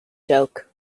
joke